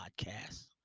podcast